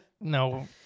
No